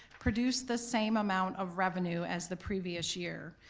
produce the same amount of revenue as the previous year.